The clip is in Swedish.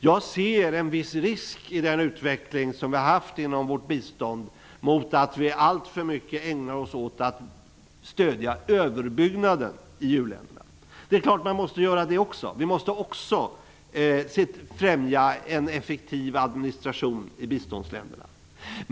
Jag ser en viss risk i den utveckling vi haft inom vårt bistånd mot att vi alltför mycket ägnar oss åt att stödja överbyggnader i u-länderna. Det är klart vi måste göra det också. Vi måste också främja en effektiv administration i biståndsländerna.